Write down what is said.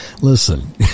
listen